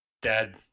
Dead